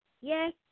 yes